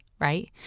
right